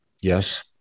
Yes